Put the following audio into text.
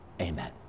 Amen